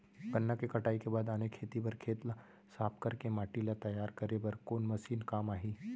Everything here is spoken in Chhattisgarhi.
गन्ना के कटाई के बाद आने खेती बर खेत ला साफ कर के माटी ला तैयार करे बर कोन मशीन काम आही?